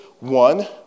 One